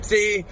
See